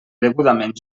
degudament